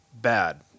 bad